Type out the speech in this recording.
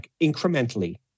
incrementally